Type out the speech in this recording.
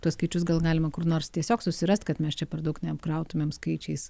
tuos skaičius gal galima kur nors tiesiog susirast kad mes čia per daug neapkrautumėm skaičiais